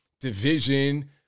Division